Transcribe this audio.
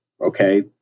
okay